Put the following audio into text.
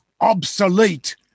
obsolete